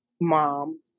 mom